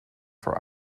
for